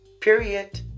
period